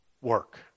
work